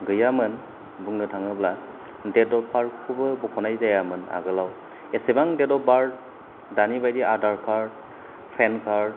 गैयामोन बुंनो थाङोब्ला डेट अफ बार्थ खौबो बखनाय जायामोन आगोलाव एसेबां डेट अफ बार्थ दानि बादि आधार कार्द पेन कार्ड